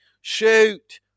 Shoot